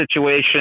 situation